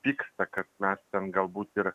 pyksta kad mes ten galbūt ir